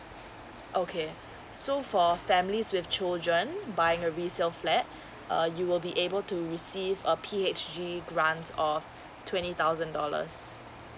okay so for families with children buying resale flat uh you will be able to receive a P_H_G grant of twenty thousand dollars